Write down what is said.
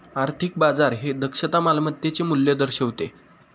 आर्थिक बाजार हे दक्षता मालमत्तेचे मूल्य दर्शवितं